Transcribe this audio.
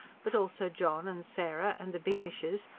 but also john, and sarah, and the beamishes,